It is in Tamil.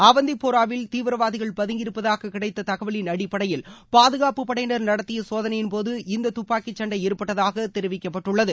அவந்திப்பூராவில் தீவிரவாதிகள் பதங்கியிருப்பதாக கிடைத்த தகவலின் அடிப்படையில் பாதுகாப்பு படையினர் நடத்திய சோதனையின்போது இந்த துப்பாக்கிச் சண்டை ஏற்பட்டதாக தெரிவிக்கப்பட்டுள்ளது